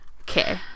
Okay